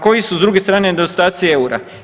Koji su s druge strane nedostaci eura?